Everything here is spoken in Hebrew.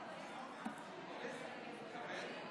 אדוני היושב-ראש, כנסת נכבדה,